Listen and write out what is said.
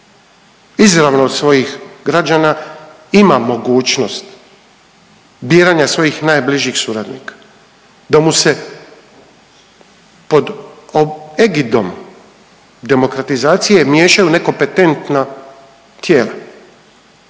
izravno od svojih građana ima mogućnost biranja svojih najbližih suradnika, da mu se pod egidom demokratizacije miješaju nekompetentna tijela.